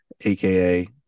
aka